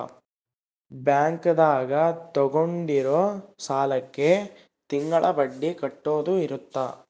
bank ದಾಗ ತಗೊಂಡಿರೋ ಸಾಲಕ್ಕೆ ತಿಂಗಳ ಬಡ್ಡಿ ಕಟ್ಟೋದು ಇರುತ್ತ